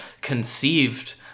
conceived